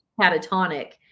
catatonic